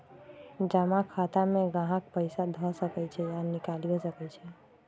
जमा खता में गाहक पइसा ध सकइ छइ आऽ निकालियो सकइ छै